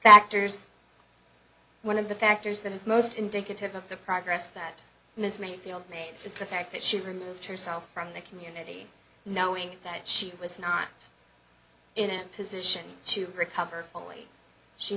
factors one of the factors that is most indicative of the progress that ms mayfield has the fact that she removed herself from the community knowing that she was not in a position to recover fully she